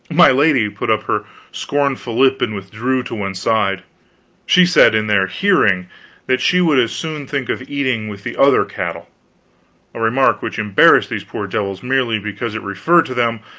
my lady put up her scornful lip and withdrew to one side she said in their hearing that she would as soon think of eating with the other cattle a remark which embarrassed these poor devils merely because it referred to them,